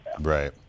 Right